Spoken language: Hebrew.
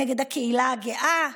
נגד הקהילה הגאה,